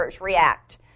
react